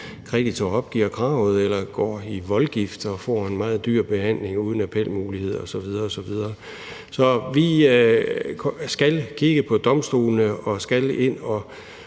kreditor opgiver kravet eller går i voldgift og får en meget dyr behandling uden appelmuligheder osv. osv. Så vi skal kigge på domstolene og skal ind at